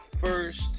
first